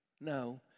No